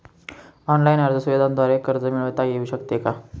Online अर्ज सुविधांद्वारे कर्ज मिळविता येऊ शकते का?